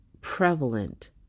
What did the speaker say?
prevalent